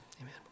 amen